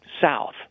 south